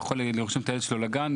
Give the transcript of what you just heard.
לרשום את הילד שלו לגן,